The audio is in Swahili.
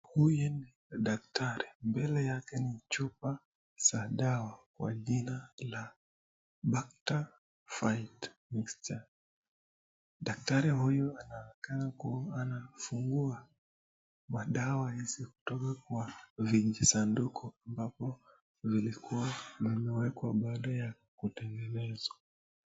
Huyu ni daktari . Mbele yake ni chupa za dawa kwa jina la bakta fight mixture . Daktari huyu anaonekana kua anafungua madawa hizo kutoka kwa vijisanduku ambapo vilikua vimewekwa baada ya kutengenezwa.